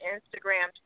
Instagram